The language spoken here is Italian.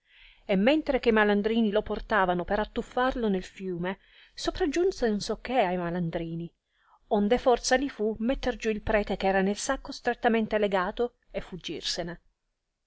e mentre che lo portavano per attuffarlo nel fiume sopragiunse non so che a i malandrini onde forza li fu metter giù il prete che era nel sacco strettamente legato e fuggirsene